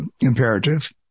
imperative